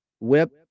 Whip